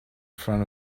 front